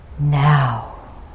now